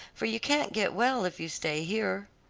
for you can't get well if you stay here.